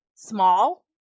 small